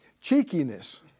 cheekiness